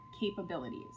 capabilities